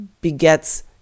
begets